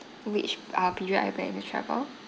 which uh period are you planning to travel